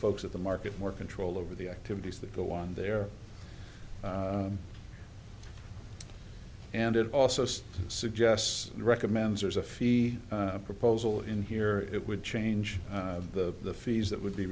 folks at the market more control over the activities that go on there and it also suggests recommends there's a fee proposal in here it would change the fees that would be